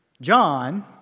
John